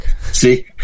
see